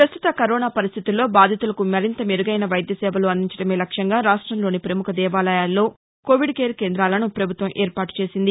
ప్రస్తుత కరోనా పరిస్లితుల్లో బాధితులకు మరింత మెరుగైన వైద్య సేవలు అందించడమే లక్ష్యంగా రాష్టంలోని ప్రముఖ దేవాలయాల్లో కోవిడ్ కేర్ కేందాలను ప్రభుత్వం ఏర్పాటు చేసింది